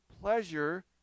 pleasure